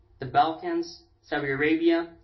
the balkans, saudi arabia,